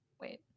Wait